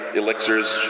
elixirs